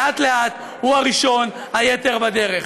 לאט-לאט, הוא הראשון, היתר בדרך.